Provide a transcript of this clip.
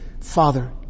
Father